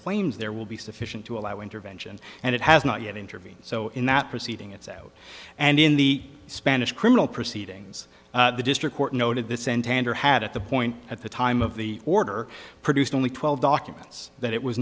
claims there will be sufficient to allow intervention and it has not yet intervened so in that proceeding it's a and in the spanish criminal proceedings the district court noted the sent hand or had at the point at the time of the order produced only twelve documents that it was